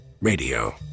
Radio